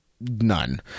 none